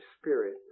spirit